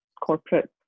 corporate